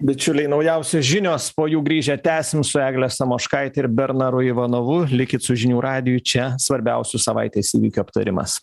bičiuliai naujausios žinios po jų grįžę tęsim su egle samoškaite ir bernaru ivanovu likit su žinių radiju čia svarbiausių savaitės įvykių aptarimas